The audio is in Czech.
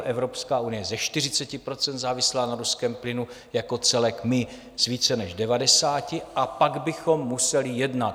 Evropská unie je ze 40 % závislá na ruském plynu jako celek, my z více než devadesáti, a pak bychom museli jednat.